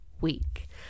week